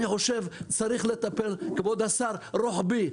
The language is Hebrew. אני חושב שצריך לטפל באופן רוחבי,